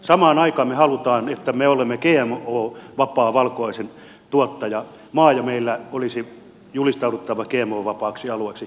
samaan aikaan me haluamme että me olemme gmo vapaa valkuaisentuottajamaa ja meidän olisi julistauduttava gmo vapaaksi alueeksi